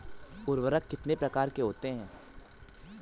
उर्वरक कितनी प्रकार के होते हैं?